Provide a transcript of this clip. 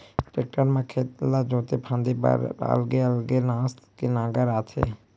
tractor म खेत ला जोते फांदे बर अलगे अलगे नास के नांगर आथे